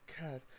god